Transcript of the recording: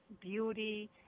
beauty